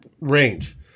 range